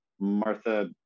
Martha